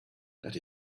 that